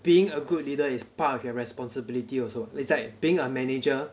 being a good leader is part of your responsibility also it's like being a manager